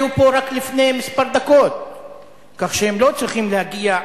וכולם היו פה רק לפני כמה דקות כך שהם לא צריכים להגיע,